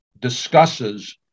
discusses